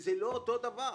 זה לא אותו דבר.